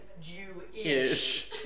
Jew-ish